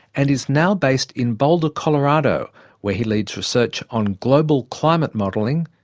and is now based in boulder colorado where he leads research on global climate modelling,